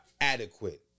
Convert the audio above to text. adequate